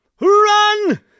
Run